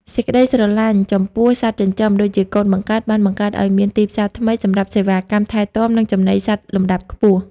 សេចក្ដីស្រឡាញ់ចំពោះ "សត្វចិញ្ចឹម" ដូចជាកូនបង្កើត បានបង្កើតឱ្យមានទីផ្សារថ្មីសម្រាប់សេវាកម្មថែទាំ និងចំណីសត្វលំដាប់ខ្ពស់។